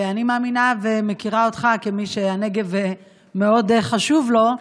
אני מאמינה ומכירה אותך כמי שהנגב מאוד חשוב לו,